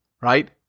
right